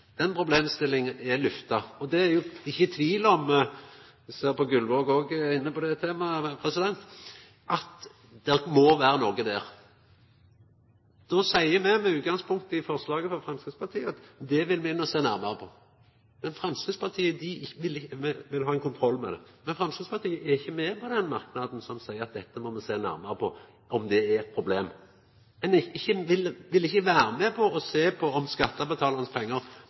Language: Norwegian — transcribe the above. Den problemstillinga er lufta. Det er ikkje tvil om – eg ser Gullvåg òg er inne på det – at det må vera noko der. Då seier me, med utgangspunkt i forslaget frå Framstegspartiet, at det vil me sjå nærmare på. Me vil ha kontroll med det, men Framstegspartiet er ikkje med på den merknaden som seier at dette må me sjå nærmare på, om det er eit problem. Ein vil ikkje vera med på å sjå på om skattebetalaranes pengar